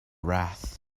wrath